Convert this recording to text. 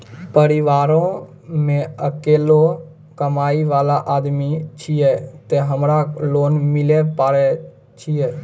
परिवारों मे अकेलो कमाई वाला आदमी छियै ते हमरा लोन मिले पारे छियै?